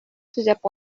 төзәп